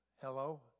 Hello